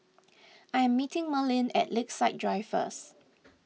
I am meeting Merlene at Lakeside Drive first